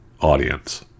audience